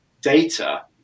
data